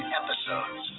episodes